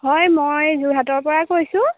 হয় মই যোৰহাটৰ পৰাই কৈছোঁ